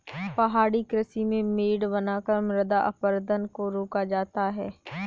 पहाड़ी कृषि में मेड़ बनाकर मृदा अपरदन को रोका जाता है